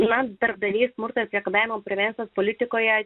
na darbdaviai smurtą priekabiavimą primena kad politikoje